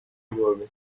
قورمه